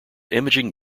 imaging